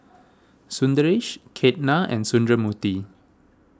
Sundaresh Ketna and Sundramoorthy